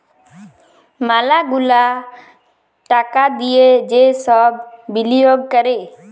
ম্যালা গুলা টাকা দিয়ে যে সব বিলিয়গ ক্যরে